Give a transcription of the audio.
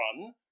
run